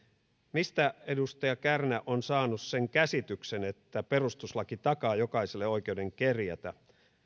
mistä edustaja kärnä on saanut sen käsityksen että perustuslaki takaa jokaiselle oikeuden kerjätä